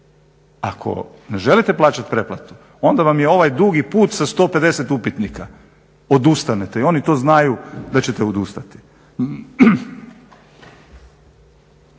Ako ne želite plaćati pretplatu onda vam je ovaj dugi put sa 150 upitnika, odustanete i oni to znaju da ćete odustati.